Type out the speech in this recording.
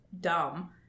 dumb